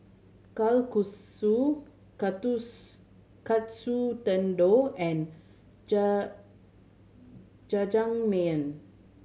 Kalguksu Katsu Tendon and Jajangmyeon